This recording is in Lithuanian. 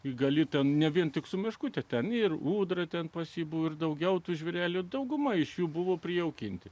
juk gali ten ne vien tik su meškute ten ir ūdra ten pas jį buvo ir daugiau tų žvėrelių dauguma iš jų buvo prijaukinti